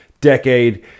decade